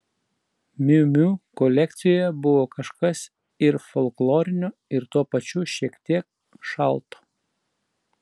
miu miu kolekcijoje buvo kažkas ir folklorinio ir tuo pačiu šiek tiek šalto